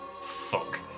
Fuck